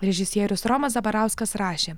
režisierius romas zabarauskas rašė